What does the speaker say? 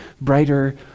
brighter